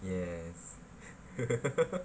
yes